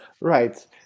Right